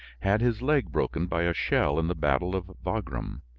had his leg broken by a shell in the battle of wagram.